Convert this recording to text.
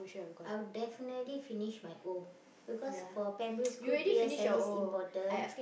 I will definitely finish my O because for primary school P_S_L_E is important